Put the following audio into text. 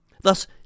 Thus